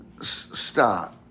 stop